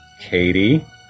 Katie